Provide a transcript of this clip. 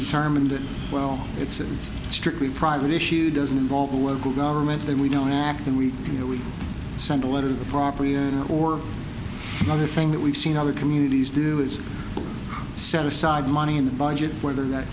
determined well it's strictly private issue doesn't involve the local government that we don't act and we you know we sent a letter to the property or other thing that we've seen other communities do is set aside money in the budget where that